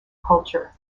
culture